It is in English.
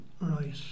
right